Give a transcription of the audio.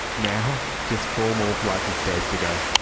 now just four more flights of stairs to go.